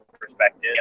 perspective